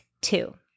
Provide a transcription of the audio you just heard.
two